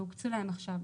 שהוקצו להם עכשיו.